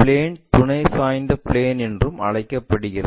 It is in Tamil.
பிளேன் துணை சாய்ந்த பிளேன் என்றும் அழைக்கப்படுகிறது